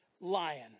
lion